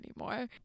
anymore